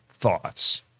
thoughts